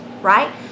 right